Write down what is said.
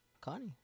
Connie